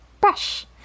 brush